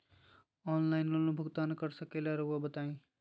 Online loan भुगतान कर सकेला राउआ बताई?